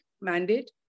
mandate